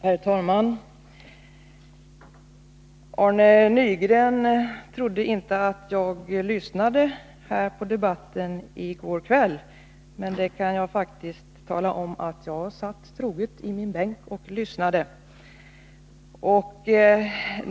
Herr talman! Arne Nygren trodde inte att jag lyssnade på debatten i går kväll. Men jag kan faktiskt tala om att jag satt troget i min bänk och lyssnade.